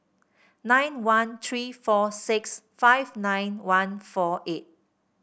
nine one three four six five nine one four eight